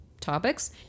topics